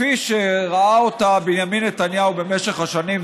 כפי שראה אותה בנימין נתניהו במשך השנים,